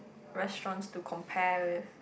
restaurants to compare with